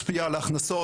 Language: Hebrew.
משפיע על ההכנסות,